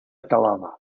calada